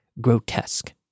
grotesque